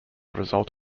result